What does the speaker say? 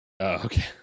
Okay